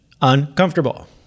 uncomfortable